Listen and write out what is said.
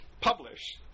publish